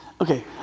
Okay